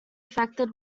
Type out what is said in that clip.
affected